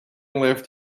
left